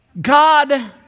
God